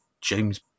james